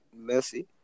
Messi